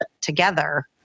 together